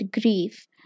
grief